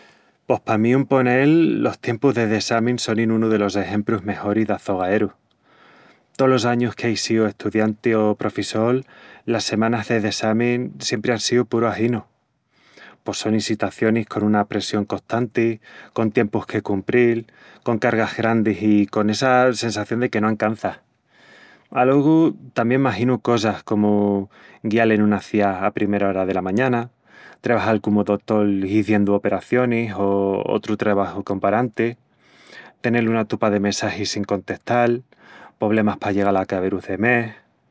Pos pa mí, un ponel, los tiempus de dessamin sonin unu delos exemprus mejoris d'açogaeru. Tolos añus que ei síu estudianti o profissol, las semanas de dessamin siempri án síu puru aginu. Pos sonin sitacionis con una apressión costanti, con tiempus que cumpril, con cargas grandis i con essa sensación de que no ancanças... Alogu, tamién maginu cosas comu guial en una ciá a primel ora dela mañana, trebajal comu dotol hiziendu operacionis o otru trebaju comparanti, tenel una tupa de messagis sin contestal, pobremas pa llegal a acaberus de mes,...